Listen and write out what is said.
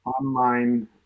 online